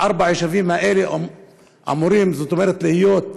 ארבעת היישובים האלה אמורים להיות מצומצמים,